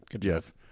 Yes